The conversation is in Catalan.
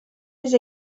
les